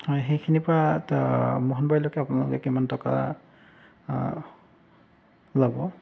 হয় সেইখিনিৰ পৰা ত মোহনবাৰীলৈকে আপোনালোকে কিমান টকা ল'ব